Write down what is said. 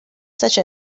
such